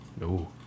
No